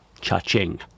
Cha-ching